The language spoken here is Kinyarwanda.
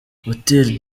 hotel